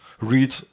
read